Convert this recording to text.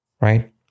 right